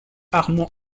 armand